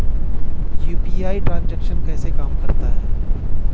UPI transaction कैसे काम करता है?